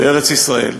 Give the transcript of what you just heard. בארץ-ישראל.